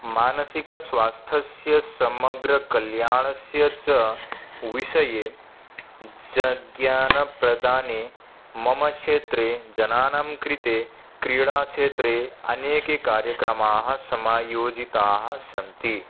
मानसिकस्वास्थ्यस्य समग्रकल्याणस्य च विषये ज ज्ञानप्रदाने मम क्षेत्रे जनानां कृते क्रीडाक्षेत्रे अनेके कार्यक्रमाः समायोजिताः सन्ति